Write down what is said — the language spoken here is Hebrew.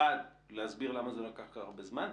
אחד להסביר למה לקחת הרבה זמן,